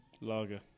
Lager